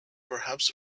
perhaps